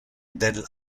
del